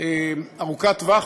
ארוכת טווח,